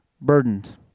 burdened